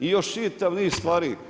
I još čitav niz stvari.